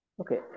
Okay